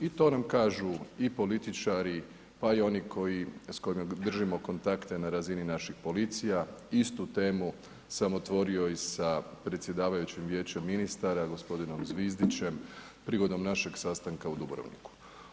I to nam kažu i političari, pa i oni koji s kojima držimo kontakte na razini naših policija, istu temu sam otvorio i sa predsjedavajućim vijećem ministara gospodinom Zvizdićem prilikom našeg sastanka u Dubrovniku.